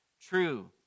True